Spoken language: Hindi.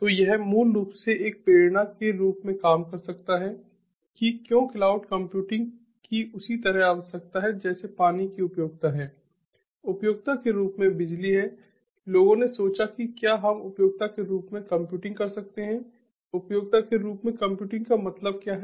तो यह मूल रूप से एक प्रेरणा के रूप में काम कर सकता है कि क्यों क्लाउड कंप्यूटिंग की उसी तरह आवश्यकता है जैसे पानी की उपयोगिता है उपयोगिता के रूप में बिजली है लोगों ने सोचा कि क्या हम उपयोगिता के रूप में कंप्यूटिंग कर सकते हैं उपयोगिता के रूप में कंप्यूटिंग का मतलब क्या है